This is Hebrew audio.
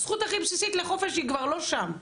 הזכות הכי הבסיסית לחופש היא כבר לא שם.